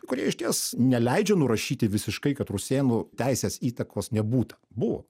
kurie išties neleidžia nurašyti visiškai kad rusėnų teisės įtakos nebūta buvo